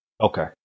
Okay